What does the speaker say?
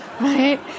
right